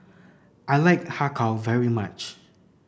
I like Har Kow very much